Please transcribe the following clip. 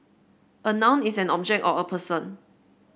a noun is an object or a person